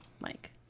Mike